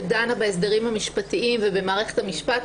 שדנה בהסדרים המשפטיים ובמערכת המשפט,